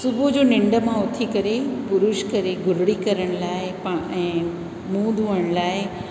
सुबुह जी निंड मां उथी करे ब्रुश करे गुरड़ी करण लाइ ऐं मुंहुं धोअण लाइ